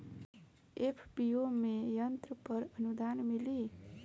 FPO में यंत्र पर आनुदान मिँली?